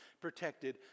protected